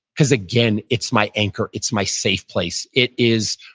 cause again, it's my anchor, it's my safe place. it is,